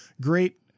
great